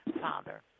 father